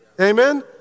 Amen